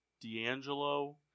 D'Angelo